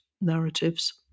narratives